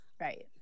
right